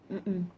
mm mm